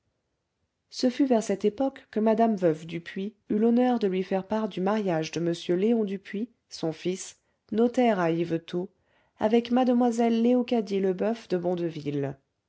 ce fut vers cette époque que madame veuve dupuis eut l'honneur de lui faire part du mariage de m léon dupuis son fils notaire à yvetot avec mademoiselle léocadie leboeuf de